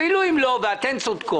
אפילו אם לא ואתן צודקות,